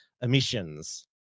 emissions